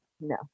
No